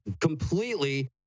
completely